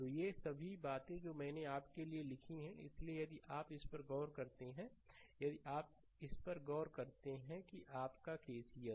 तो ये सभी बातें जो मैंने आपके लिए लिखी हैं इसलिए यदि आप इस पर गौर करते हैं यदि आप इस पर गौर करते हैं कि आपका KCL 1